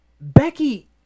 Becky